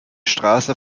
straße